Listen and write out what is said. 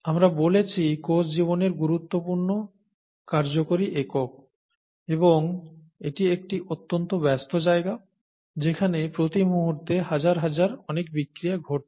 আমরা বলেছি কোষ জীবনের গুরুত্বপূর্ণ কার্যকরী একক এবং এটি একটি অত্যন্ত ব্যস্ত জায়গা যেখানে প্রতিমুহূর্তে হাজার হাজার অনেক বিক্রিয়া ঘটছে